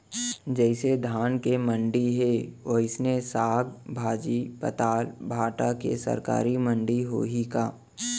जइसे धान के मंडी हे, वइसने साग, भाजी, पताल, भाटा के सरकारी मंडी होही का?